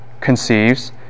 Conceives